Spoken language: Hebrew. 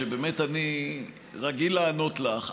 שבאמת אני רגיל לענות לך,